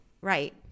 Right